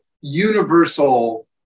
universal